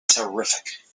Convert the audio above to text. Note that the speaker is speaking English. terrific